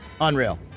unreal